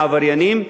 העבריינים.